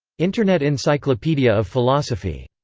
internet encyclopedia of philosophy.